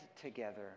together